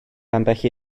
ambell